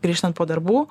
grįžtant po darbų